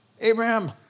Abraham